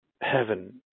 heaven